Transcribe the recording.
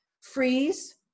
freeze